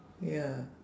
ya